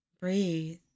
Breathe